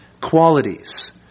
qualities